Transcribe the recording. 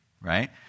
right